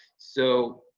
so,